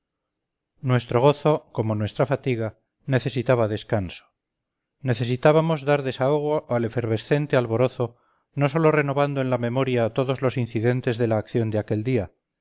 nuestro gozo como nuestra fatiga necesitaba descanso necesitábamos dar desahogo al efervescente alborozo no sólo renovando en la memoria todos los incidentes de la acción de aquel día